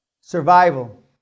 Survival